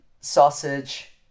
sausage